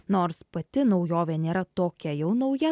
nors pati naujovė nėra tokia jau nauja